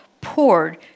poured